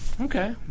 Okay